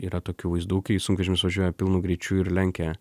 yra tokių vaizdų kai sunkvežimis važiuoja pilnu greičiu ir lenkia